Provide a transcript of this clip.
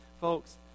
Folks